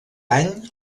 any